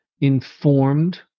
informed